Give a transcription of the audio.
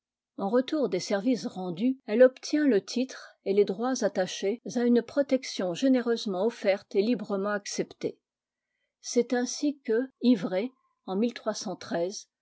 google retour des services rendus elle obtient le titre et les droits attachés à une protection généreusement offerte et librement acceptée c'est ainsi que ivrée en